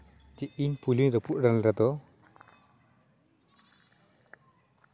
ᱡᱮ ᱤᱧ ᱯᱩᱭᱞᱟᱹ ᱨᱟᱹᱯᱩᱫ ᱞᱮᱱ ᱨᱮᱫᱚ